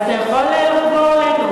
אז אתה יכול לעבור אלינו.